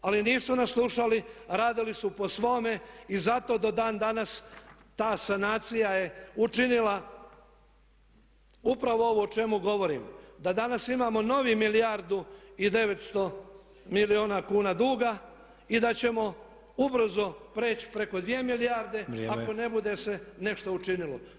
Ali nisu nas slušali, radili su po svome i zato do dan danas ta sanacija je učinila upravo ovo o čemu govorim da danas imamo novih milijardu i 900 milijuna kuna duga i da ćemo ubrzo preći preko 2 milijarde ako ne bude se nešto učinilo.